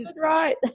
right